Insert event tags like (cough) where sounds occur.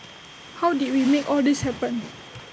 (noise) how did we make all this happen